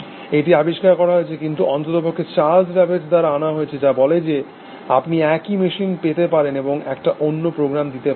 এটা আবিষ্কার করা হয়েছে কিন্তু অন্ততপক্ষে চার্লস ব্যাবেজ দ্বারা আনা হয়েছে যা বলে যে আপনি একই মেশিন পেতে পারেন এবং একটা অন্য প্রোগ্রাম দিতে পারেন